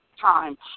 time